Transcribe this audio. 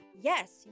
Yes